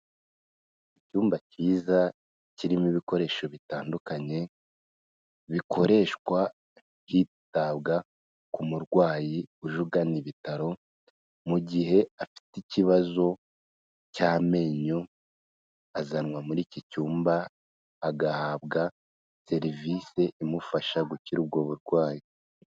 Icyumba cyiza kirimo ibikoresho bitandukanye, bikoreshwa byitabwa ku murwayi uje ugana ibitaro, mu gihe afite ikibazo cy'amenyo, azanwa muri iki cyumba, agahabwa serivise imufasha gukira ubwo burwayi.